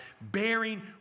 bearing